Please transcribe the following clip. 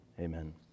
Amen